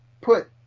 put